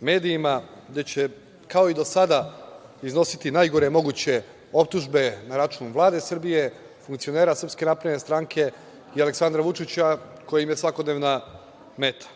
medijima gde će kao i do sada iznositi najgore moguće optužbe na račun Vlade Srbije, funkcionera Srpske napredne stranke i Aleksandra Vučića koji im je svakodnevna meta.